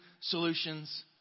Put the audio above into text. solutions